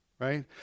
Right